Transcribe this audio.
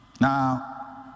now